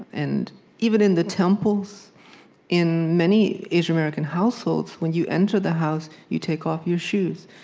and even in the temples in many asian american households, when you enter the house, you take off your shoes.